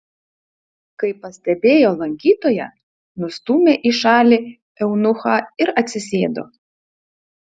kai pastebėjo lankytoją nustūmė į šalį eunuchą ir atsisėdo